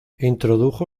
introdujo